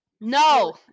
No